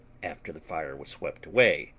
after the fire was swept away,